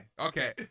Okay